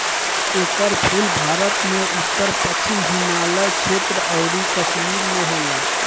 एकर फूल भारत में उत्तर पश्चिम हिमालय क्षेत्र अउरी कश्मीर में होला